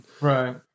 Right